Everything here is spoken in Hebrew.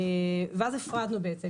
ואז הפרדנו בעצם.